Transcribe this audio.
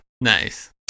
Nice